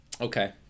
Okay